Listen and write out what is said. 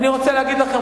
אני רוצה להגיד לכם,